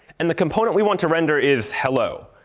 and the component we want to render is hello.